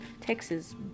Texas